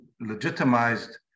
legitimized